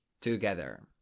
together